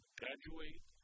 graduate